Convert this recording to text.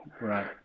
right